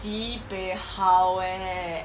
sibeh 好 eh